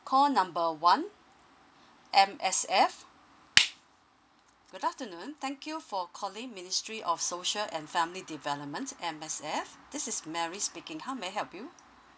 call number one M_S_F good afternoon thank you for calling ministry of social and family development M_S_F this is mary speaking how may I help you